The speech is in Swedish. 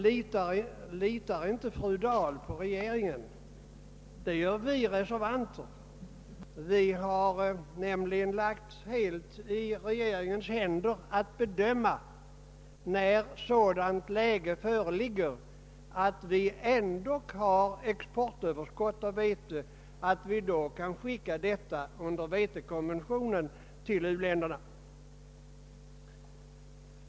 Litar inte fru Dahl på regeringen? Det gör vi reservanter. Vi har nämligen helt överlåtit åt regeringen att bedöma när ett sådant läge föreligger att vi har ett exportöverskott av vete och kan skicka detta, enligt vetekonventionen, till uländerna.